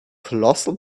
colossal